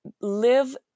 Live